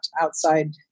outside